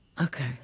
Okay